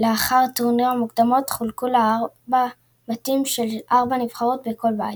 לאחר טורניר מוקדמות וחולקו לארבעה בתים של 4 נבחרות בכל בית.